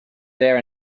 there